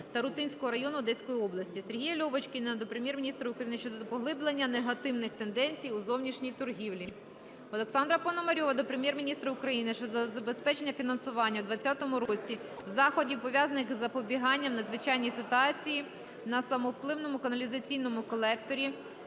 Тарутинського району Одеської області. Сергія Льовочкіна до Прем'єр-міністра України щодо поглиблення негативних тенденцій у зовнішній торгівлі. Олександра Пономарьова до Прем'єр-міністра України щодо забезпечення фінансування у 2020 році заходів, пов'язаних із запобіганням надзвичайній ситуації на самопливному каналізаційному колекторі